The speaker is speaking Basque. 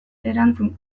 erantzun